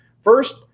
First